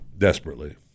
Desperately